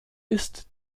ist